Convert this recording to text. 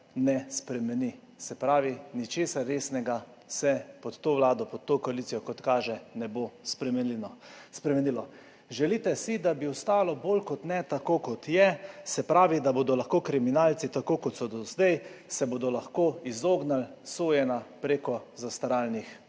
ne spremeni. Se pravi, nič resnega se pod to vlado, pod to koalicijo, kot kaže, ne bo spremenilo. Želite si, da bi ostalo bolj kot ne tako, kot je, se pravi, da se bodo lahko kriminalci, tako kot so se do zdaj, izognili sojenju prek zastaralnih